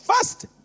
First